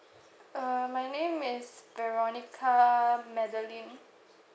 uh my name is veronica madeline